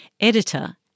editor